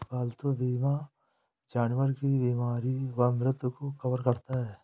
पालतू बीमा जानवर की बीमारी व मृत्यु को कवर करता है